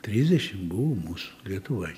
trisdešim buvo mūsų lietuvai